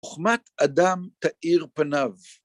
חוכמת אדם תאיר פניו